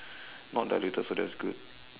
not diluted so that's good